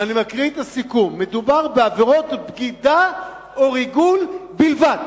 ואני מקריא את הסיכום: מדובר בעבירות בגידה או ריגול בלבד.